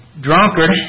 drunkard